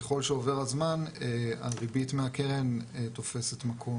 ככל שעובר הזמן הריבית מהקרן תופסת מקום